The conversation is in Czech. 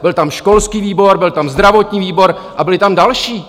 Byl tam školský výbor, byl tam zdravotní výbor a byly tam další!